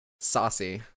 saucy